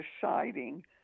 deciding